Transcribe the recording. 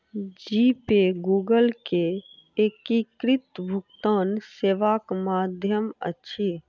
जी pay Google के एकीकृत भुगतान सेवाक माध्यम अछि